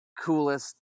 coolest